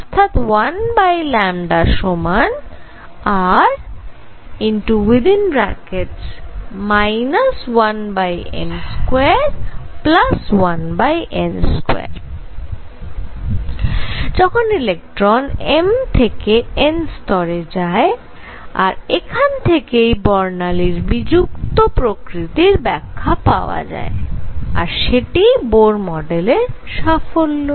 অর্থাৎ 1λ সমান R 1m21n2 যখন ইলেকট্রন m থেকে n স্তরে যায় আর এখান থেকেই বর্ণালীর বিযুক্ত প্রকৃতির ব্যাখ্যা পাওয়া যায় আর সেটিই বোর মডেলের সাফল্য